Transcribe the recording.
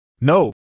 No